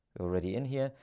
already in here.